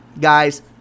guys